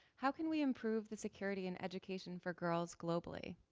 how can we improve the security and education for girls globally?